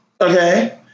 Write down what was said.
Okay